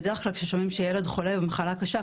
בדרך כלל כששומעים שילד חולה במחלה קשה,